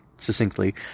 succinctly